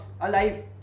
alive